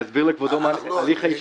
אומר לך למה זה חשוב.